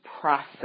process